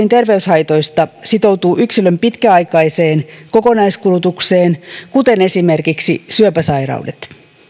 terveyshaitoista sitoutuu yksilön pitkäaikaiseen kokonaiskulutukseen kuten esimerkiksi syöpäsairaudet